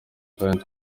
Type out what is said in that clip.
kandi